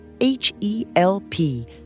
H-E-L-P